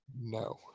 No